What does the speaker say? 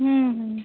হুম হুম